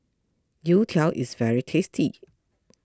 Youtiao is very tasty